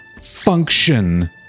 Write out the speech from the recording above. function